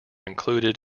included